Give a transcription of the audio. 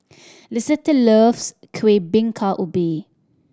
Lisette loves Kuih Bingka Ubi